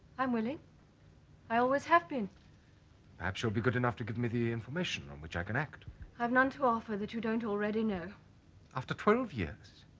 i'm willing i always have been perhaps you'll be good enough to give me the information on which i can act. i have none to offer that you don't already know after twelve years?